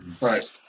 Right